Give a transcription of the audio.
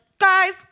guys